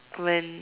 when